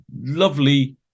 lovely